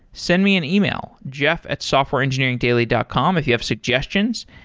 send me an email, jeff at softwareengineeringdaily dot com if you have suggestions,